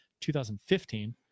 2015